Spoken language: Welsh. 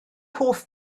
hoff